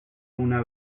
una